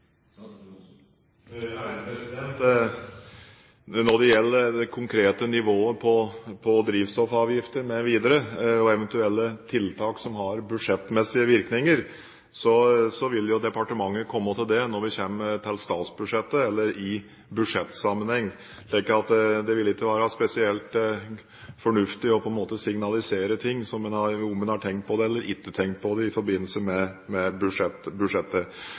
Når det gjelder det konkrete nivået på drivstoffavgifter mv. og eventuelle tiltak som har budsjettmessige virkninger, vil departementet komme til det i budsjettsammenheng, slik at det vil ikke være spesielt fornuftig å signalisere om en har tenkt på det eller ikke har tenkt på det i forbindelse med